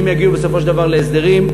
אם יגיעו בסופו של דבר להסדרים,